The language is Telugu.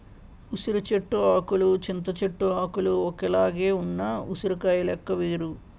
ఉసిరి చెట్టు ఆకులు చింత చెట్టు ఆకులు ఒక్కలాగే ఉన్న ఉసిరికాయ లెక్క వేరు